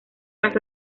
hasta